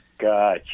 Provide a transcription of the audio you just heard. Gotcha